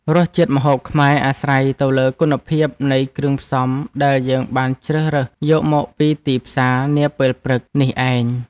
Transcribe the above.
រសជាតិម្ហូបខ្មែរអាស្រ័យទៅលើគុណភាពនៃគ្រឿងផ្សំដែលយើងបានជ្រើសរើសយកមកពីទីផ្សារនាពេលព្រឹកនេះឯង។